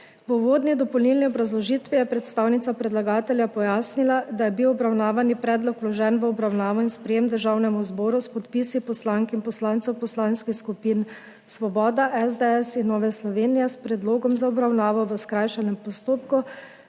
V uvodni dopolnilni obrazložitvi je predstavnica predlagatelja pojasnila, da je bil obravnavani predlog vložen v obravnavo in sprejetje Državnemu zboru s podpisi poslank in poslancev poslanskih skupin Svoboda, SDS in Nova Slovenija s predlogom za obravnavo po skrajšanem postopku,